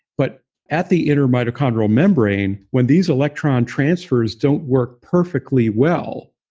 but at the inner mitochondrial membrane when these electron transfers don't work perfectly well,